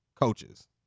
Coaches